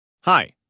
Hi